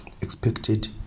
expected